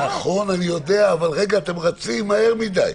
נכון, אני יודע, אבל אתם רצים מהר מדי.